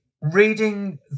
reading